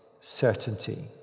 certainty